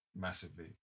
massively